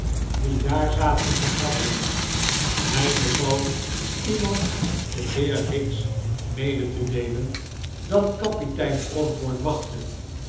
die daar zaten te krabbelen hij beval iemand den heer higgs mede te deelen dat kapitein osborne wachtte